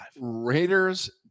Raiders